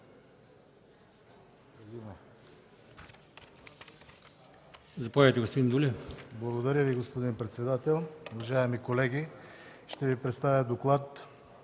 Благодаря Ви, господин председател. Уважаеми колеги, ще Ви представя: